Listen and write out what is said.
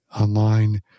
online